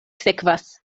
sekvas